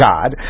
God